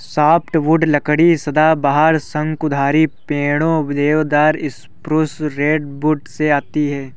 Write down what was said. softwood लकड़ी सदाबहार, शंकुधारी पेड़ों, देवदार, स्प्रूस, रेडवुड से आती है